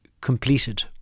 completed